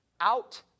out